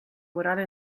morale